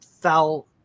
fell